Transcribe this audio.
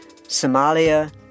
Somalia